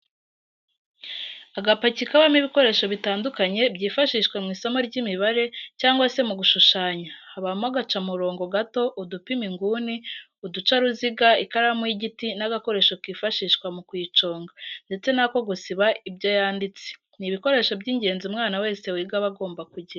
Agapaki kabamo ibikoresho bitandukanye byifashishwa mu isomo ry'imibare cyangwa se mu gushushanya habamo agacamurongo gato, udupima inguni, uducaruziga, ikaramu y'igiti n'agakoresho kifashishwa mu kuyiconga ndetse n'ako gusiba ibyo yanditse, ni ibikoresho by'ingenzi umwana wese wiga aba agomba kugira.